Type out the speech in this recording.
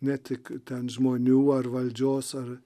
ne tik ten žmonių ar valdžios ar